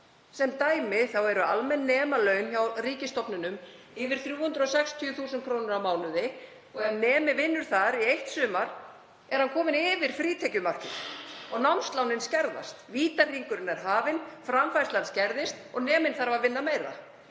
Sem dæmi eru almenn nemalaun hjá ríkisstofnunum yfir 360.000 kr. á mánuði og ef nemi vinnur þar í eitt sumar er hann kominn yfir frítekjumarkið og námslánin skerðast. Vítahringurinn er hafinn, framfærslan skerðist og neminn þarf að vinna meira.